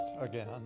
again